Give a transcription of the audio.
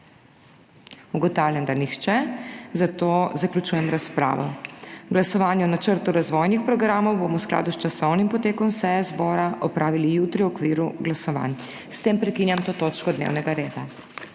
Ugotavljam, da nihče, zato zaključujem razpravo. Glasovanje o načrtu razvojnih programov bomo v skladu s časovnim potekom seje zbora opravili jutri v okviru glasovanj. S tem prekinjam to točko dnevnega reda.